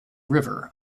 river